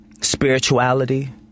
spirituality